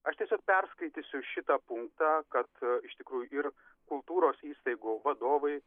aš tiesiog perskaitysiu šitą punktą kad iš tikrųjų ir kultūros įstaigų vadovai